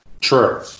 True